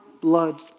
blood